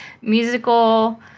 musical